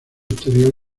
exterior